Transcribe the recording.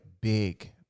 big